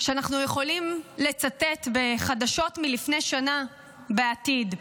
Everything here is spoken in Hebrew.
שאנחנו יכולים לצטט בחדשות מלפני שנה בעתיד.